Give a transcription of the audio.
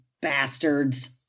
bastards